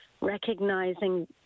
recognizing